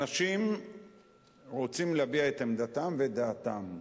אנשים רוצים להביע את עמדתם ודעתם.